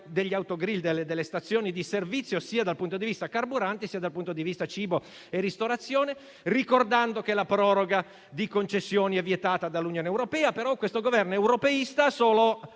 degli autogrill, delle stazioni di servizio, sia dal punto di vista carburanti, sia dal punto di vista cibo e ristorazione. Ricordo che la proroga delle concessioni è vietata dall'Unione europea, ma questo Governo è europeista solo